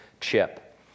chip